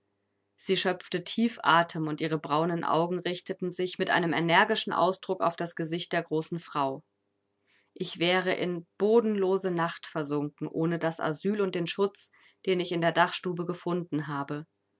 sie schöpfte tief atem und ihre braunen augen richteten sich mit einem energischen ausdruck auf das gesicht der großen frau ich wäre in bodenlose nacht versunken ohne das asyl und den schutz den ich in der dachstube gefunden habe